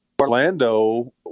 Orlando